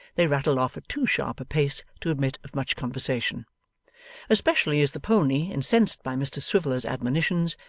they rattled off at too sharp a pace to admit of much conversation especially as the pony, incensed by mr swiveller's admonitions,